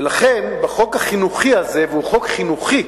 ולכן בחוק החינוכי הזה, והוא חוק חינוכי,